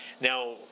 Now